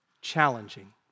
challenging